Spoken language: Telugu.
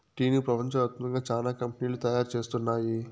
టీను ప్రపంచ వ్యాప్తంగా చానా కంపెనీలు తయారు చేస్తున్నాయి